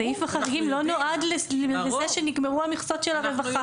סעיף החריגים לא נועד לזה שנגמרו המכסות של הרווחה.